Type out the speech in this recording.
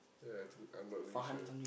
ya think I'm not really sure